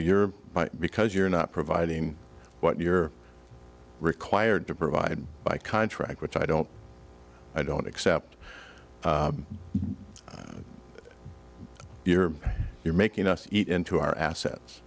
you're right because you're not providing what you're required to provide by contract which i don't i don't accept your you're making us eat into our assets